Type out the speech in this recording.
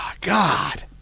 God